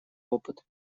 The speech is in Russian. опыт